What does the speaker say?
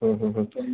മ്മ് മ്മ് മ്മ്